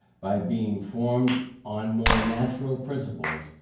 by being formed on more natural principles,